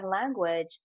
language